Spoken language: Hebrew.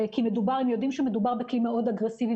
כי הם יודעים שמדובר בכלי מאוד אגרסיבי